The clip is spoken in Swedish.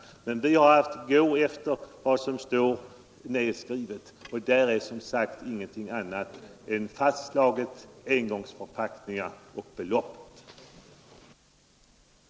Vi har emellertid haft att gå efter vad som är inskrivet i överenskommelsen, och där fastslås som sagt inget annat än att den skall gälla engångsförpackningar, och dessutom anges ett totalbelopp.